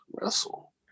wrestle